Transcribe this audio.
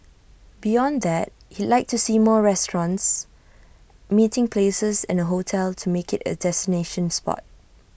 beyond that he'd like to see more restaurants meeting places and A hotel to make IT A destination spot